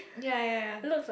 ya ya ya ya